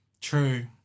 True